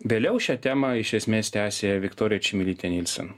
vėliau šią temą iš esmės tęsė viktorija čmilytė nylsen